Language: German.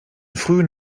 frühen